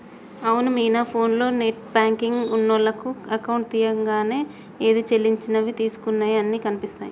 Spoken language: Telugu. అవును మీనా ఫోన్లో నెట్ బ్యాంకింగ్ ఉన్నోళ్లకు అకౌంట్ తీయంగానే ఏది సెల్లించినవి తీసుకున్నయి అన్ని కనిపిస్తాయి